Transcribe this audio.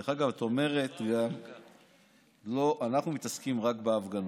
דרך אגב, את אומרת גם שאנחנו מתעסקים רק בהפגנות.